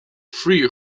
three